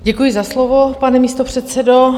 Děkuji za slovo, pane místopředsedo.